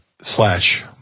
slash